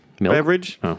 Beverage